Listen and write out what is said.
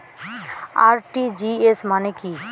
RTGS মানে কি?